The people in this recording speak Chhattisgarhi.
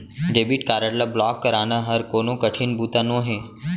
डेबिट कारड ल ब्लॉक कराना हर कोनो कठिन बूता नोहे